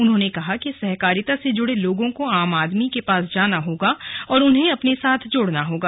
उन्होंने कहा कि सहकारिता से जुड़े लोगों को आम आदमी के पास जाना होगा और उन्हें अपने साथ जोड़ना होगा